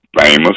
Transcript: famous